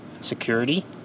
security